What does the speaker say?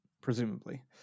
presumably